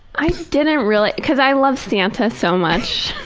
i didn't really cause i loved santa so much.